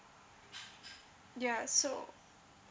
ya so